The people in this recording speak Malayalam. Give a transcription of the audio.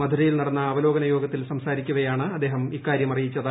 മധുരയിൽ നടന്ന അവലോകന യോഗത്തിൽ സംസാരിക്കവെയാണ് അദ്ദേഹം ഇക്കാര്യം അറിയിച്ചത്